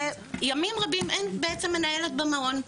וימים רבים בעצם אין בעמן מנהלת במעון,